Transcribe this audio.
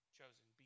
Chosen